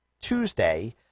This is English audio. Tuesday